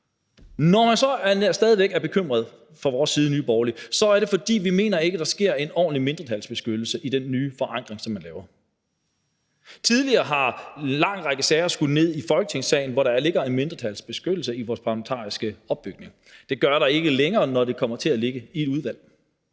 Når man så stadig væk er bekymret fra vores side i Nye Borgerlige, er det, fordi vi ikke mener, at der sker en ordentlig mindretalsbeskyttelse i den nye forankring, som man laver. Tidligere har en lang række sager skullet ned i Folketingssalen, hvor der ligger en mindretalsbeskyttelse i vores parlamentariske opbygning. Det gør der ikke længere, når det kommer til at ligge i et udvalg.